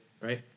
right